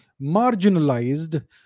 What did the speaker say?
marginalized